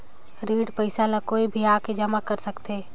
ऋण पईसा ला कोई भी आके जमा कर सकथे?